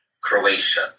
Croatia